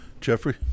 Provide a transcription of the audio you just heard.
Jeffrey